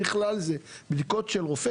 ובכלל זה בדיקות של רופא,